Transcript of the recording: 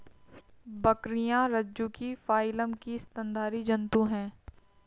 बकरियाँ रज्जुकी फाइलम की स्तनधारी जन्तु है